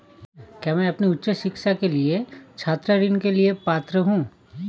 क्या मैं अपनी उच्च शिक्षा के लिए छात्र ऋण के लिए पात्र हूँ?